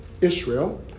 Israel